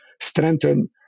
strengthen